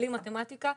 בלי מתמטיקה,